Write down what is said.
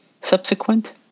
subsequent